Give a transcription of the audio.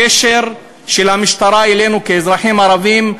הקשר של המשטרה אלינו כאזרחים ערבים,